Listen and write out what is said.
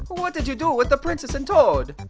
what did you do with the princess and toad?